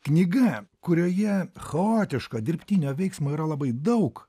knyga kurioje chaotišką dirbtinio veiksmo yra labai daug